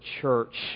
church